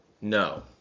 No